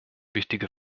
wichtige